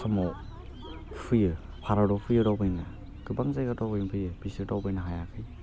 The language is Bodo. आसामाव फैयो भारतआव फैयो दावबायनो गोबां जायगा दावबायनो फैयो बिसोर दावबायनो हायाखै